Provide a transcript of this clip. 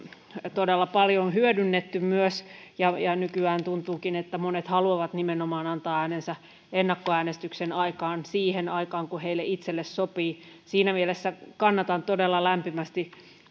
todella paljon hyödynnetty nykyään tuntuukin että monet haluavat antaa äänensä nimenomaan ennakkoäänestyksen aikana siihen aikaan kun heille itselle sopii siinä mielessä kannatan todella lämpimästi